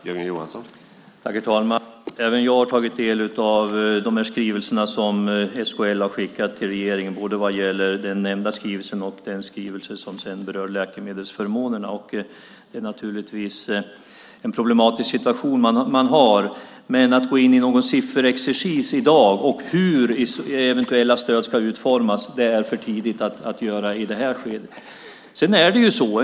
Herr talman! Även jag har tagit del av de skrivelser som SKL har skickat till regeringen, både vad gäller den nämnda skrivelsen och den skrivelse som sedan berör läkemedelsförmånerna. Det är naturligtvis en problematisk situation man har. Men att gå in i någon sifferexercis i dag och att tala om hur eventuella stöd ska utformas är det för tidigt att göra i det här skedet.